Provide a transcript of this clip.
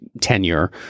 tenure